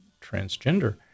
transgender